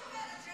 הוא אמר את זה.